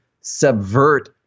subvert